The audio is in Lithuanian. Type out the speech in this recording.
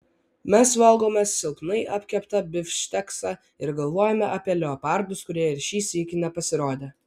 mes valgome silpnai apkeptą bifšteksą ir galvojame apie leopardus kurie ir šį sykį nepasirodė